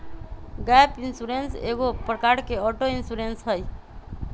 gap insurance एगो प्रकार के ऑटो इंश्योरेंस हइ